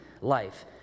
life